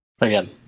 again